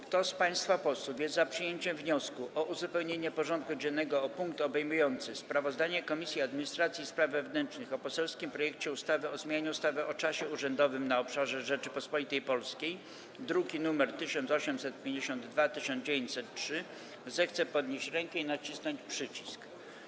Kto z państwa posłów jest za przyjęciem wniosku o uzupełnienie porządku dziennego o punkt obejmujący sprawozdanie Komisji Administracji i Spraw Wewnętrznych o poselskim projekcie ustawy o zmianie ustawy o czasie urzędowym na obszarze Rzeczypospolitej Polskiej, druki nr 1852 i 1903, zechce podnieść rękę i nacisnąć przycisk.